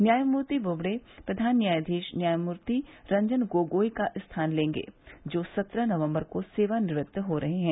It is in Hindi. न्यायमूर्ति बोबड़े प्रधान न्यायाधीश न्यायमूर्ति रंजन गोगोई का स्थान लेंगे जो सत्रह नवम्बर को सेवानिवृत्त हो रहे हैं